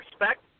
respect